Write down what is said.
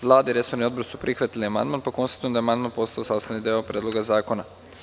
Vlada i resorni odbor su prihvatili amandman, pa konstatujem da je amandman postao sastavni deo Predloga zakona.